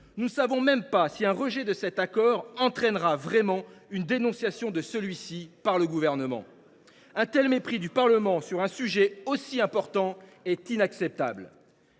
nous ne savons même pas si un rejet de cet accord entraînera réellement une dénonciation de celui ci par le Gouvernement. Un tel mépris du Parlement sur un sujet aussi important est inacceptable.